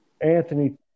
Anthony